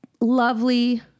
lovely